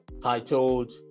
titled